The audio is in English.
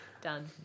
Done